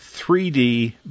3D